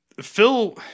Phil